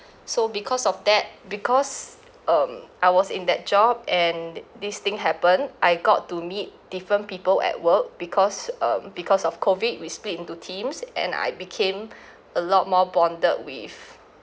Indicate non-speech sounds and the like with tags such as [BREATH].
so because of that because um I was in that job and di~ this thing happen I got to meet different people at work because um because of COVID we split into teams and I became [BREATH] a lot more bonded with